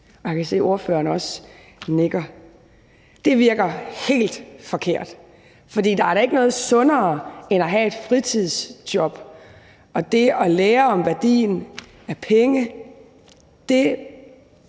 Og jeg kan se, at ordføreren også nikker. Det virker helt forkert, for der er da ikke noget sundere end at have et fritidsjob og det at lære om værdien af penge. Det